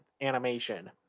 animation